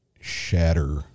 shatter